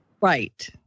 Right